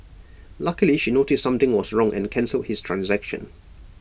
luckily she noticed something was wrong and cancelled his transaction